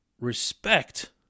respect